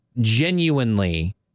genuinely